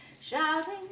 shouting